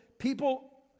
People